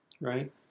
Right